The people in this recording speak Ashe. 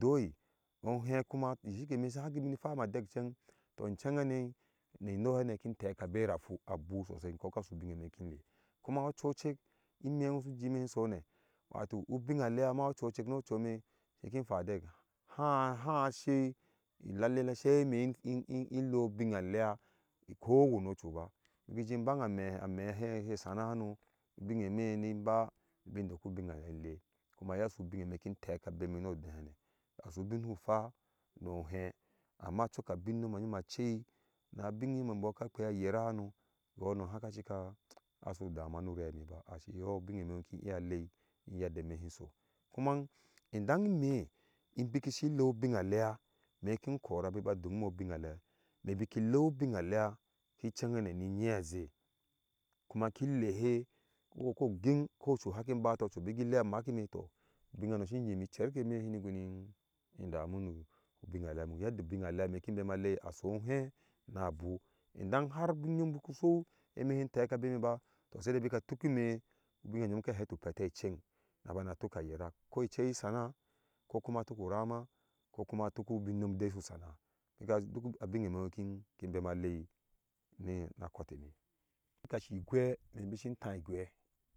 Ni idoi ohɛ kuma de shike me si hai guni hwa me adɛk ceng tɔɔ in ceng hane ni noi hane me kim teka bevafu abun sosai ŋkɔ kasu bine me kin lee kuma ocuocek ime ŋwo su ji me sone wato ubinalea ocuocek no ocui me siki hwa adɛk ha hsae ilalle seime in in lea ubinalea ko wani ocu ba biki baŋa ame amehe he sana ha nɔbinne me ni mba bi bin dok ubinalea in le kuma iye su binne me kiu teke abemi ŋo odehene asu bin su hwaa no ohɛ amma cok abin ŋyoma cai na bin ŋyome bɔɔ ka kpe na yera hano mbɔɔ no hava cika a su damuwa nu ureme b ashi yɔɔ binne ŋyom kin kora bik ba dung ime ubinalea ime biki leu ubi nalea ki cen hane ni ŋyi azhe kuma kin lehe koko ocu ko gin haki bata ocu biki lee mamki me tɔ bin hano si ŋyimi cer keme hini guni indamu nu binalea ba yadda obinalea me kin bema lei aso ohɛ na abuu idan how ubin ŋyom baku so eme hin teka bemi ba tɔ seidei bika tuke ime ubin ŋyom shika hefu pete eceny na bana tuk ayɛve ko ice si sanaa kukuma atuk urama kokum atuk ubin ŋyom dei su sana bia abinne me bom kiniun bema alieni na akɔteme bika shi ogwe ime bisin taai igwe.